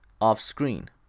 off-screen